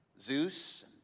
Zeus